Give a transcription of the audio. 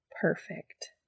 Perfect